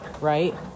right